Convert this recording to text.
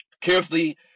carefully